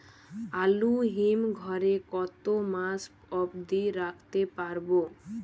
আলু হিম ঘরে কতো মাস অব্দি রাখতে পারবো?